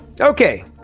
Okay